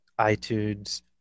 iTunes